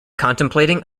contemplating